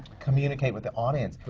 communicate with the audience.